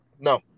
No